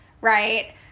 right